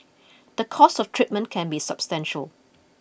the cost of treatment can be substantial